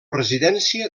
residència